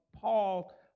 Paul